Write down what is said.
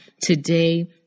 today